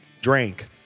drank